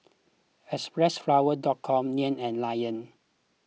Xpressflower dot com Nan and Lion